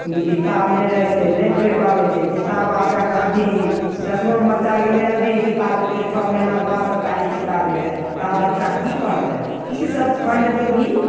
नहि किताब नहि रहै छै नहि पढ़ि पाबै छै किताब आबैके अभी दसमामे बच्चा गेलै अभी किताब अएतै छओ महिनाके बाद सरकारी किताब अएतै ता बच्चा कि पढ़तै ई सब फण्डपर भी